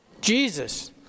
Jesus